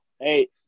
Hey